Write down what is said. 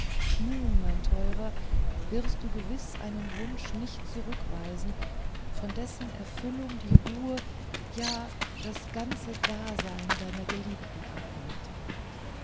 nun mein teurer wirst du gewiß einen wunsch nicht zurückweisen von dessen erfüllung die ruhe ja das ganze dasein deiner geliebten abhängt